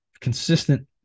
Consistent